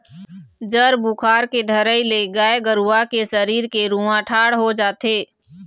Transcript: जर बुखार के धरई ले गाय गरुवा के सरीर के रूआँ ठाड़ हो जाथे